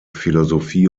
philosophie